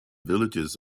villages